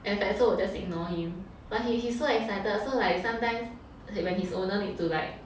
and fatso will just ignore him but he he's so excited so like sometimes when his owner needs to like